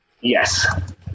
yes